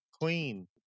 queen